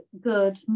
good